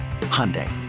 hyundai